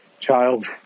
child